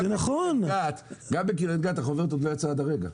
גם בקרית גת החוברת עוד לא יצאה עד הרגה.